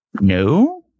No